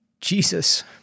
Jesus